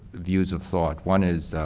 views of thought. one is,